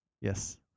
Yes